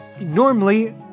Normally